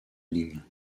ligne